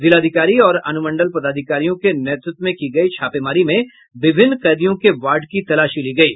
जिलाधिकारी और अनुमंडल पदाधिकारियों के नेतृत्व में की गयी छापेमारी में विभिन्न कैदियों के वार्ड की तलाशी ली गयी